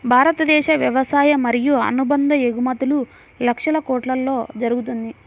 భారతదేశ వ్యవసాయ మరియు అనుబంధ ఎగుమతులు లక్షల కొట్లలో జరుగుతుంది